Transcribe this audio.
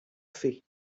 fait